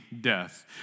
death